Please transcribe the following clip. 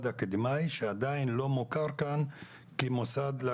אקדמי שעדיין לא מוכר כאן כמוסד אקדמי.